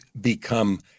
become